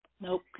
Nope